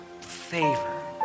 favor